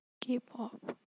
K-pop